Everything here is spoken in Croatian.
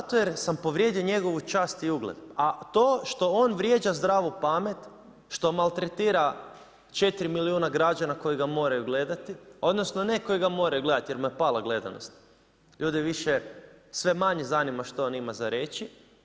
Zato jer sam povrijedio njegovu čast i ugled a to što on vrijeđa zdravu pamet, što maltretira 4 milijuna građana koji ga moraju gledati, odnosno ne koji ga moraju gledati jer mu je pala gledanost, ljude više sve manje zanima što on ima za reći.